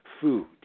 food